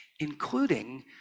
including